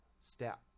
step